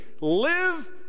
Live